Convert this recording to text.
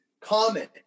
comment